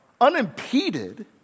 unimpeded